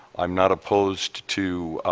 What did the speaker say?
i am not opposed to